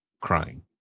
crying